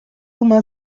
uma